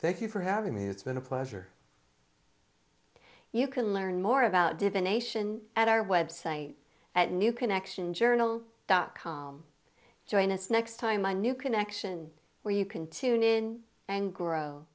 thank you for having me it's been a pleasure you can learn more about divination at our website at new connection journal dot com join us next time my new connection where you can tune in and grow